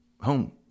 home